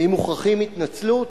ואם מוכרחים התנצלות,